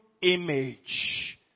image